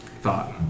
thought